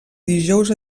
dijous